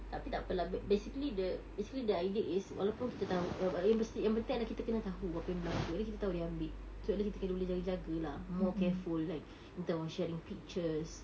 tapi takpe lah basically the basically the idea is walaupun kita tahu ap~ ap~ yang mesti yang penting adalah kita kena tahu apa yang berlaku at least kita tahu dia ambil so at least kita boleh jaga-jaga lah more careful like in term of sharing pictures